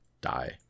die